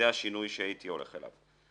זה השינוי שהייתי הולך אליו.